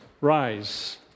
Rise